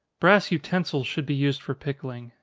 brass utensils should be used for pickling.